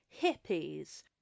hippies